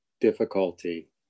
difficulty